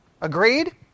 Agreed